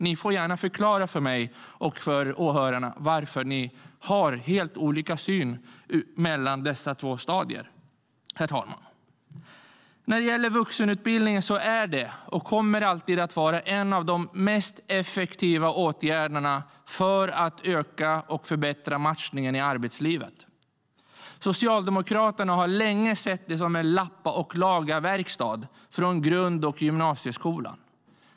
Ni får gärna förklara för mig och för åhörarna varför ni har helt olika syn på dessa två stadier. Herr talman! Vuxenutbildning är och kommer alltid att vara en av de mest effektiva åtgärderna för att öka och förbättra matchningen i arbetslivet. Socialdemokraterna har länge sett det som en lappa-och-laga-verkstad från grund och gymnasieskolan.